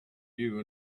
you